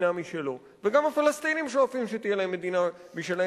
כל עם שואף שתהיה לו מדינה משלו,